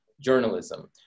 journalism